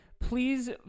Please